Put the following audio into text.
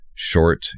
short